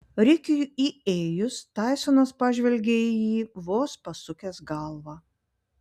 rikiui įėjus taisonas pažvelgė į jį vos pasukęs galvą